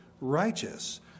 righteous